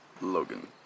Logan